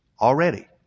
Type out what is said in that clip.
Already